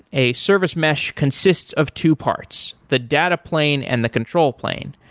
a service mesh consists of two parts, the data plane and the control plane.